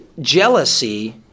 jealousy